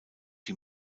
die